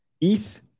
ETH